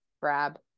grab